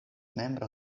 membro